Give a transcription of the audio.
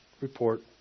report